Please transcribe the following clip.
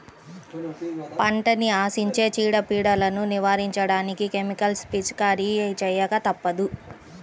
పంటని ఆశించే చీడ, పీడలను నివారించడానికి కెమికల్స్ పిచికారీ చేయక తప్పదు